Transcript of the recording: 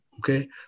okay